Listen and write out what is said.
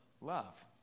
Love